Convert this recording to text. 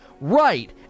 Right